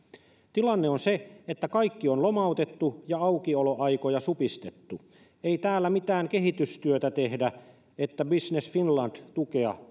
tilanne on se että kaikki on lomautettu ja aukioloaikoja supistettu ei täällä mitään kehitystyötä tehdä että business finland tukea